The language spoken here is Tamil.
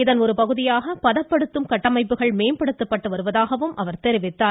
இதன் ஒருபகுதியாக பதப்படுத்தும் கட்டமைப்புகள் மேம்படுத்தப்பட்டு வருவதாகவும் அவர் கூறினார்